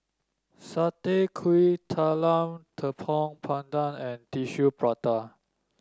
Satay Kuih Talam Tepong Pandan and Tissue Prata